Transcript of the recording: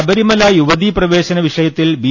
ശബരിമല യുവതീ പ്രവേശന് വിഷയത്തിൽ ബി